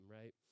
right